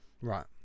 Right